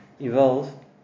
evolve